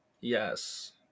Yes